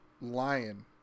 lion